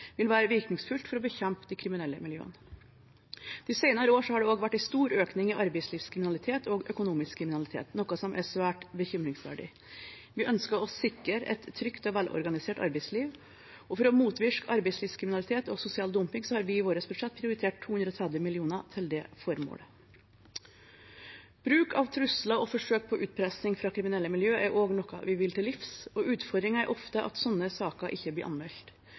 vil være virkningsfullt for å bekjempe de kriminelle miljøene. I senere år har det også vært en stor økning i arbeidslivskriminalitet og økonomisk kriminalitet, noe som er svært bekymringsverdig. Vi ønsker å sikre et trygt og velorganisert arbeidsliv, og for å motvirke arbeidslivskriminalitet og sosial dumping har vi i vårt budsjett prioritert 230 mill. kr til det formålet. Bruk av trusler og forsøk på utpressing fra kriminelle miljøer er også noe vi vil til livs, og utfordringen er ofte at slike saker ikke blir anmeldt.